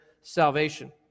salvation